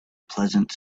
pleasant